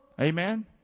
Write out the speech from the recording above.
Amen